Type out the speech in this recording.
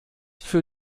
für